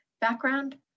background